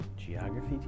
geography